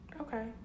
Okay